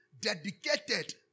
dedicated